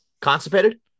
Constipated